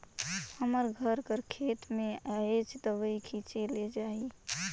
हमर घर कर खेत में आएज दवई छींचे ले जाही